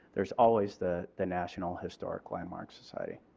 there is always the the national historic landmark society.